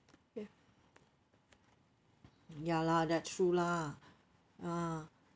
uh ya lah that's true lah ah